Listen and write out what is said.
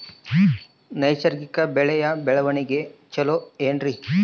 ನೈಸರ್ಗಿಕ ಬೆಳೆಯ ಬೆಳವಣಿಗೆ ಚೊಲೊ ಏನ್ರಿ?